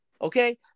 Okay